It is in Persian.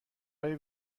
های